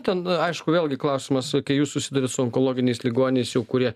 ten aišku vėlgi klausimas kai jūs susiduriat su onkologiniais ligoniais jau kurie